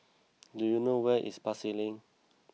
do you know where is Pasar Lane